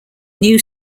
new